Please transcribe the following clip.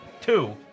Two